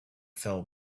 fell